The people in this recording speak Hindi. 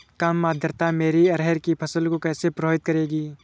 कम आर्द्रता मेरी अरहर की फसल को कैसे प्रभावित करेगी?